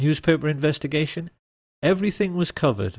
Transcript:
newspaper investigation everything was covered